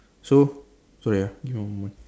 so sorry ah give me one moment